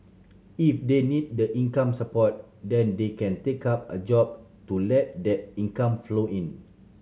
if they need the income support then they can take up a job to let that income flow in